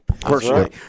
Personally